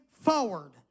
forward